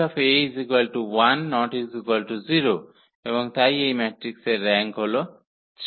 1≠0 এবং তাই এই ম্যাট্রিক্সের র্যাঙ্ক হল 3